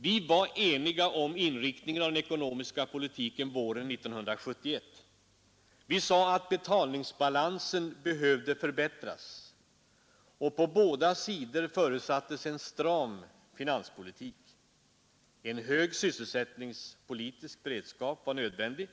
Vi var eniga om inriktningen av den ekonomiska politiken våren 1971. Vi sade att betalningsbalansen behövde förbättras, och på båda sidor förutsattes en stram finanspolitik. En hög sysselsättningspolitisk beredskap var nödvändig